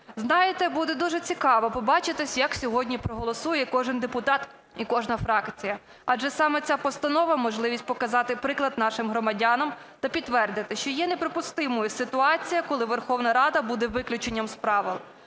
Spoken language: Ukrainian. Знаєте, буде дуже цікаво побачити як сьогодні проголосує кожен депутат і кожна фракція, адже саме ця постанова – можливість показати приклад нашим громадянам та підтвердити, що є неприпустимою ситуація, коли Верховна Рада буде виключенням з правил.